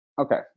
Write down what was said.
Okay